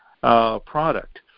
product